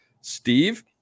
Steve